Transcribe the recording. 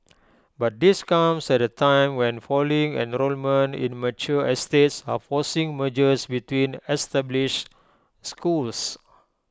but this comes at A time when falling enrolment in mature estates are forcing mergers between established schools